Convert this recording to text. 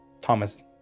thomas